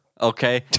okay